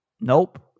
nope